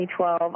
2012